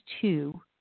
two